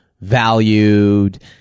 valued